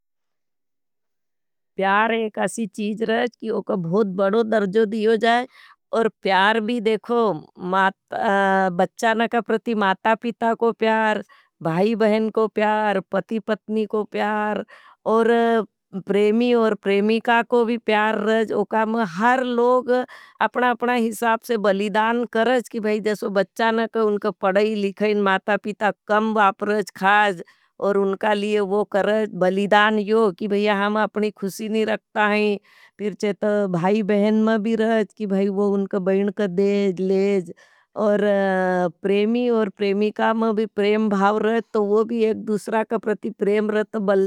प्यार एक असी चीज रज, कि वोक बहुत बड़ो दर्जो दियो जाएँ और प्यार भी देखो। बच्चाना का प्रति माता-पिता को प्यार भाई-बहेन को प्यार, पती-पत्नी को प्यार और प्रेमी और प्रेमीका को भी प्यार रज। हर लोग अपना-अपना हिसाप से बलीदान करज। कि भाई जैसे बच्चाना का उनका पड़ाई लिखें माता-पिता कम वापरज खाज। और उनका लिए वो करज बलीदान यो, कि भाईया हमा अपनी खुशी नहीं रखता हैं। फिर छे तो भाई बहन में भी राहत की भाई वो उनका बहिन का डेज लेज। प्रेमी और प्रेमीका मा भी प्रेम भाव रज, तो वो भी एक दूसरा का प्रति प्रेम रज तो बल्लाई जैसे बच्चाना करज।